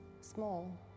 small